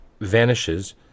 vanishes